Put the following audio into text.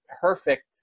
perfect